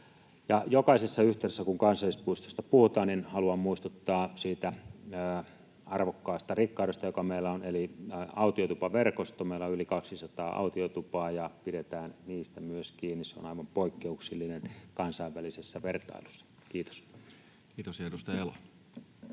jokaisessa yhteydessä, kun kansallispuistoista puhutaan, haluan muistuttaa siitä arvokkaasta rikkaudesta, joka meillä on, eli autiotupaverkostosta. Meillä on yli 200 autiotupaa, ja pidetään niistä myös kiinni. Se on aivan poikkeuksellista kansainvälisessä vertailussa. — Kiitos. [Speech 160]